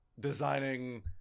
Designing